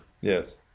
Yes